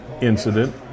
incident